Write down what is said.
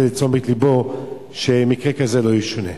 זה לתשומת לבו כדי שמקרה כזה לא יישנה.